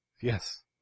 Yes